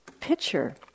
picture